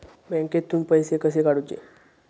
बँकेतून पैसे कसे काढूचे?